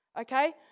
okay